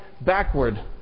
backward